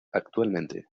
actualmente